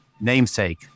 namesake